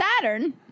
Saturn